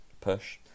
push